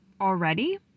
already